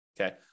okay